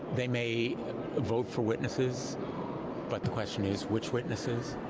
they may vote for witnesses but the question is which witnesses.